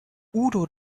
udo